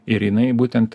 ir jinai būtent